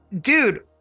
dude